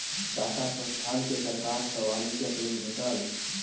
टाटा संस्थान के सरकार सॅ वाणिज्यिक ऋण भेटल